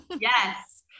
Yes